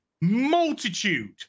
multitude